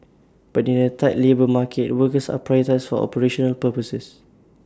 but in A tight labour market workers are prioritised for operational purposes